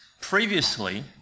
previously